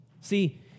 See